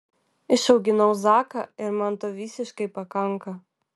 išauginau zaką ir man to visiškai pakanka